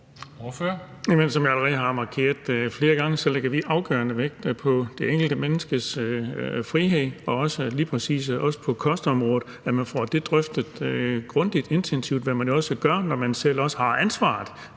Som jeg allerede har markeret flere gange, lægger vi afgørende vægt på det enkelte menneskes frihed, også lige præcis på kostområdet, i forhold til at man får det drøftet grundigt og intensivt, hvad man jo også gør, når man selv har ansvaret